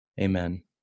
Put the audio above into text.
Amen